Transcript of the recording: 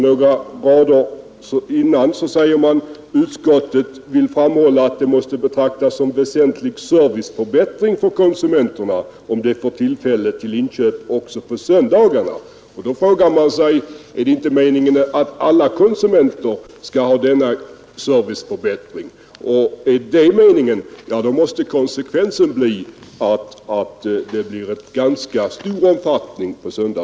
Några rader ovanför säger man: ”Utskottet vill ——— framhålla att det måste betraktas som en väsentlig serviceförbättring för konsumenterna att de får tillfälle till inköp också på söndagarna.” Då frågar man sig: Är det inte meningen att alla konsumenter skall ha denna serviceförbättring? Är det meningen, måste konsekvensen vara att öppethållandet på söndagarna blir av ganska stor omfattning.